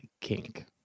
kink